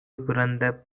பிறந்த